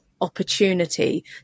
opportunity